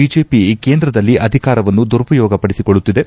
BJP ಕೇಂದ್ರದಲ್ಲಿ ಅಧಿಕಾರವನ್ನು ದುರುಪಯೋಗ ಪಡಿಸಿಕೊಳ್ಳುತ್ತಿದೆ